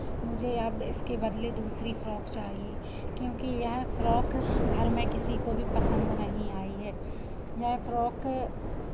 मुझे अब इसके बदले दूसरी फ़्रॉक चाहिए क्योंकि यह फ़्रॉक घर में किसी को भी पसंद नहीं आई है यह फ़्रॉक